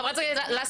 חברת הכנסת סלקי,